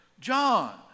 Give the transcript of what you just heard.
John